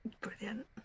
Brilliant